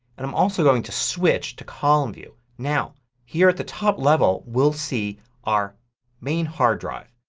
and i'm also going to switch to column view. now here at the top level we'll see our main hard drive.